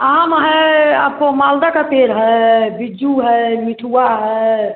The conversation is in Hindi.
आम है आपको मालदह का पेड़ है बीज्जू है मिठुआ है